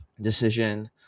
decision